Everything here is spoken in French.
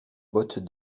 bottes